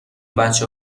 بچه